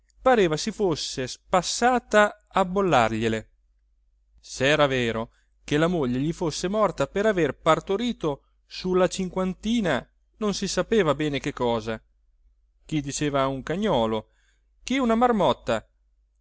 pareva si fosse spassata a bollargliele se era vero che la moglie gli fosse morta per aver partorito su la cinquantina non si sapeva bene che cosa chi diceva un cagnolo chi una marmotta